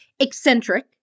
eccentric